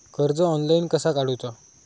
कर्ज ऑनलाइन कसा काडूचा?